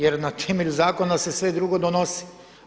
Jer na temelju zakona se sve drugo donosi.